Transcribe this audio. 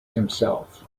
himself